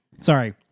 Sorry